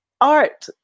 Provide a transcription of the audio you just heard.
art